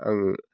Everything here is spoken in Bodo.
आङो